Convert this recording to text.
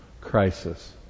crisis